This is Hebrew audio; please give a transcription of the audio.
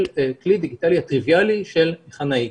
הכלי הדיגיטלי הטריוויאלי של: היכן היית?